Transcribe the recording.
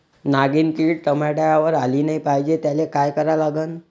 नागिन किड टमाट्यावर आली नाही पाहिजे त्याले काय करा लागन?